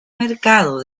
mercado